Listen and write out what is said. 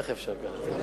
איך אפשר ככה?